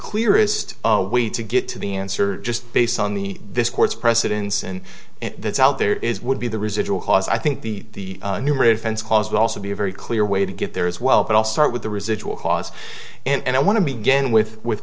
clearest way to get to the answer just based on the this court's precedents and that's out there is would be the residual cause i think the new refence caused also be a very clear way to get there as well but i'll start with the residual cause and i want to begin with with